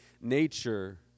nature